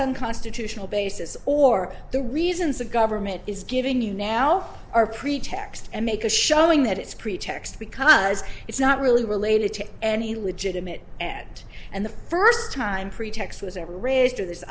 on constitutional basis or the reasons the government is giving you now are pretext and make a showing that it's pretext because it's not really related to any legitimate and and the first time pretext was ever raised to this